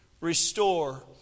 restore